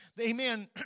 Amen